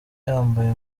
yambaye